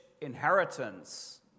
inheritance